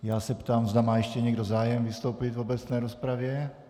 Já se ptám, zda má ještě někdo zájem vystoupit v obecné rozpravě.